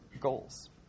goals